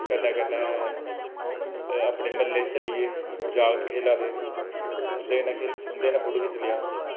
कन्नै कन्नै अपने म्हल्लै चली गे जागत खेला दे फिर उं'दे नै फोटो